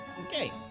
Okay